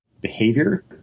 behavior